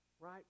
Right